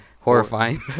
Horrifying